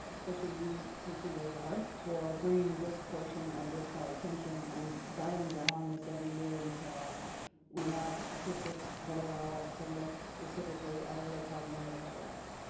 ah especially you, casey lozar, for bringing this portion of this to our attention and dialing down on this every year until we have statistics that allow us to look specifically at a real problem area for us.